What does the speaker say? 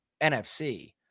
NFC